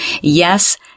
Yes